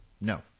No